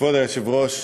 כבוד היושב-ראש,